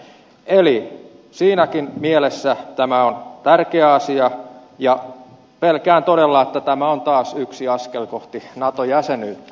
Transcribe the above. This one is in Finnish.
eli siinäkin mielessä tämä on tärkeä asia ja pelkään todella että tämä nyt valittu linja on taas yksi askel kohti nato jäsenyyttä